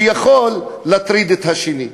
שיכול להטריד את השני.